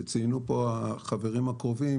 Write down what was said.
כמו שציינו פה החברים הקרובים,